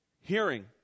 Hearing